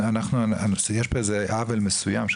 יש פה איזה עוול מסוים.